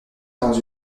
dans